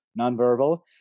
nonverbal